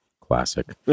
Classic